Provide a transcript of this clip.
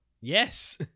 Yes